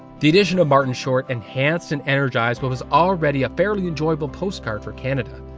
the addition of martin short enhanced and energized what was already a fairly enjoyable postcard for canada.